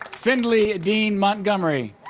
findley dean montgomery